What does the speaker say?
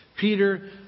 Peter